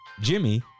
Jimmy